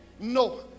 No